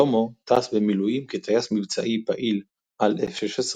שלמה טס במילואים כטייס מבצעי פעיל על F-16,